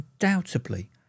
undoubtedly